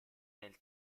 nel